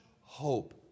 hope